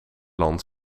land